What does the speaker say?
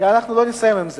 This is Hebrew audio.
כי אנחנו לא נסיים עם זה.